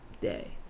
day